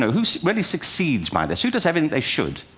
who really succeeds by this, who does everything they should,